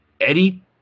Eddie